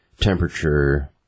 temperature